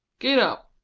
git up!